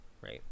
right